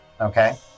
Okay